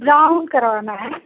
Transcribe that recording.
brown करवाना है